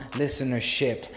listenership